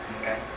Okay